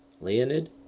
Leonid